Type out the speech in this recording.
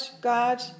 God